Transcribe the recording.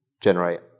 generate